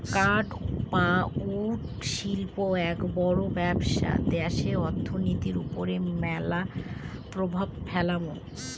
কাঠ বা উড শিল্প এক বড় ব্যবসা দ্যাশের অর্থনীতির ওপর ম্যালা প্রভাব ফেলামু